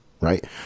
right